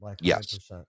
Yes